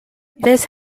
this